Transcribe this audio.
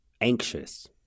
Anxious